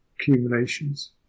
Accumulations